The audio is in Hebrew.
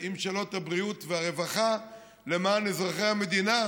עם שאלות הבריאות והרווחה למען אזרחי המדינה,